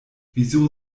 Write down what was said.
wieso